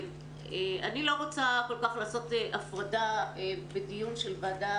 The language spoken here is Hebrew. אני לא רוצה כל כך לעשות הפרדה בדיון של וועדה